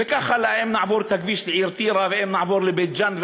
וככה אם נעבור את הכביש לעיר טירה ואם נעבור לבית-ג'ן,